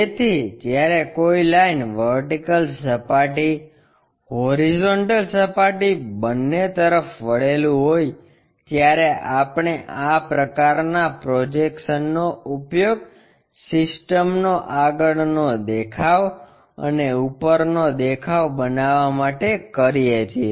તેથી જ્યારે કોઈ લાઇન વર્ટીકલ સપાટી હોરિઝોન્ટલ સપાટી બંને તરફ વળેલું હોય ત્યારે આપણે આ પ્રકારના પ્રોજેક્શનનો ઉપયોગ સિસ્ટમનો આગળનો દેખાવ અને ઉપરનો દેખાવ બનાવવા માટે કરીએ છીએ